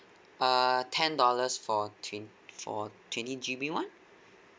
err ten dollars for twen~ for twenty G_B [one]